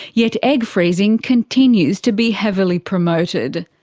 yet egg freezing continues to be heavily promoted.